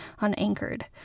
unanchored